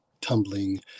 tumbling